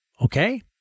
Okay